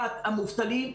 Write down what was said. המובטלים.